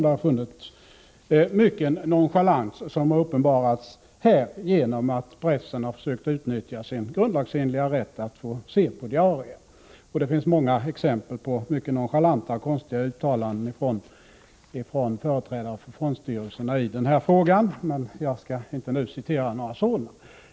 Det är mycken nonchalans som uppenbarats här genom att pressen har försökt utnyttja sin grundlagsenliga rätt att få se på diarierna. Det finns många exempel på mycket nonchalanta och konstiga uttalanden från företrädare för fondstyrelserna i denna fråga. Jag skall inte nu citera några sådana.